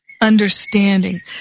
understanding